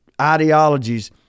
ideologies